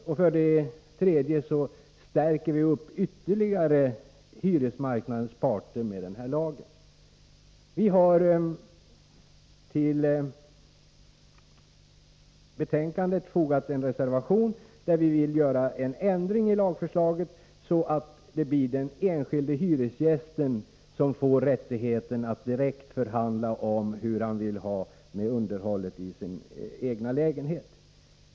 Slutligen stärks hyresmarknadens parter ytterligare genom denna lag. Vi har till betänkandet fogat en reservation, där vi föreslår en ändring i lagförslaget så att det blir den enskilde hyresgästen som får rättigheten att förhandla direkt om hur han vill ha det med underhållet i sin egen lägenhet.